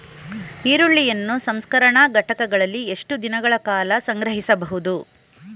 ಈರುಳ್ಳಿಯನ್ನು ಸಂಸ್ಕರಣಾ ಘಟಕಗಳಲ್ಲಿ ಎಷ್ಟು ದಿನಗಳ ಕಾಲ ಸಂಗ್ರಹಿಸಬಹುದು?